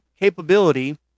capability